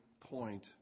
point